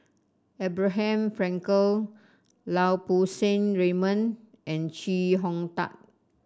Abraham Frankel Lau Poo Seng Raymond and Chee Hong Tat